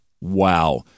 Wow